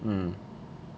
mm